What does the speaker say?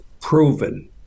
proven